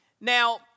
Now